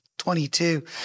22